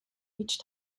each